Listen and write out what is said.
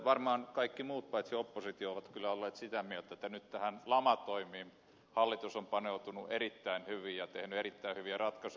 varmaan kaikki muut paitsi oppositio ovat kyllä olleet sitä mieltä että nyt näihin lamatoimiin hallitus on paneutunut erittäin hyvin ja tehnyt erittäin hyviä ratkaisuja